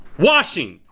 washing.